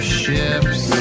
ships